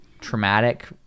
traumatic